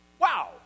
Wow